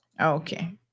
Okay